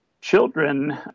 Children